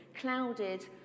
clouded